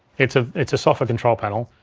it's ah it's a software control panel,